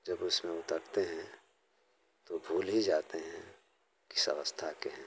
जब उसमें उतरते हैं तो भूल ही जाते हैं कि क्या हैं